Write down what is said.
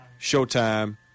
showtime